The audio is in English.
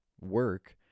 work